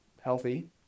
healthy